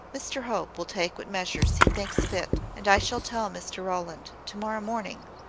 mr hope will take what measures he thinks fit and i shall tell mr rowland, tomorrow morning,